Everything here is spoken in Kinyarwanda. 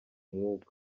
umwuka